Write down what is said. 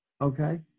Okay